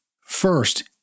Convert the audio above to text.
First